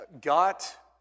got